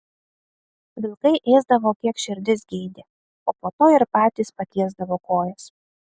vilkai ėsdavo kiek širdis geidė o po to ir patys patiesdavo kojas